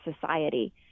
society